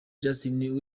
justin